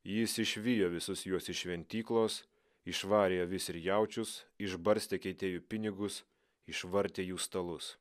jis išvijo visus juos iš šventyklos išvarė avis ir jaučius išbarstė keitėjų pinigus išvartė jų stalus